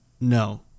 no